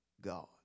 God